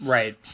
Right